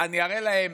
אני אראה להם